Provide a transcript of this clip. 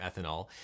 ethanol